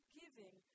giving